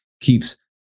keeps